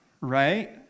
right